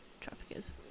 traffickers